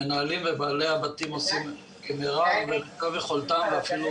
המנהלים ובעלי הבתים עושים ככל יכולתם ואפילו